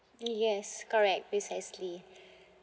yes correct precisely